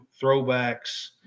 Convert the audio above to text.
throwbacks